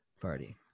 party